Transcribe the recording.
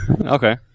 Okay